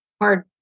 hard